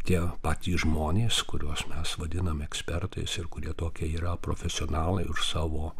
tie patys žmonės kuriuos mes vadinam ekspertais ir kurie tokie yra profesionalai už savo